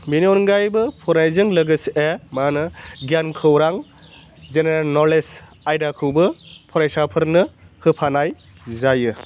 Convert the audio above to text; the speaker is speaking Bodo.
बेनि अनगायैबो फरायनायजों लोगोसे मा होनो गियान खौरां जेनेरेल नलेज आयदाखौबो फरायसाफोरनो होफानाय जायो